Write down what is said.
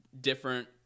Different